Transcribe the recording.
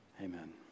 Amen